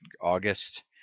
August